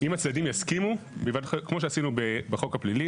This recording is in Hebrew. אם הצדדים יסכימו כמו שעשינו בחוק הפלילי